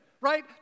right